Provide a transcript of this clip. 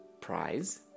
prize